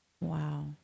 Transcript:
Wow